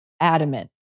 adamant